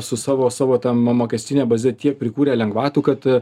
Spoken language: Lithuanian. su savo savo ta mo mokestine baze tiek prikūrę lengvatų kad